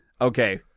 okay